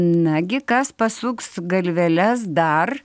nagi kas pasuks galveles dar